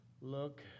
look